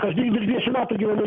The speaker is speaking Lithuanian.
aš vilniuj dvidešimt metų gyvenu